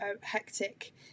hectic